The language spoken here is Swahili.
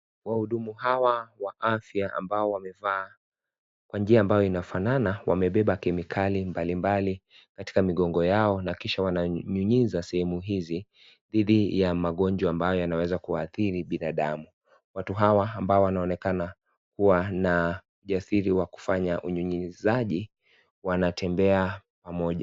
Wahudumu hawa wa afya ambao wamevaa kwa njia ambayo inafanana wamebeba kemikali mbali mbali katika migongo yao na kisha wananyunyiza sehemu hizi dhidi ya magonjwa ambayo yanaweza kuathiri binadamu. Watu hawa ambao wanaonekana kuwa na ujasiri wa kufanya unyunyiziaji wanatembea pamoja.